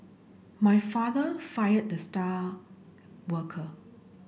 my father fired the star worker